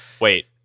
Wait